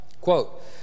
quote